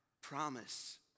promise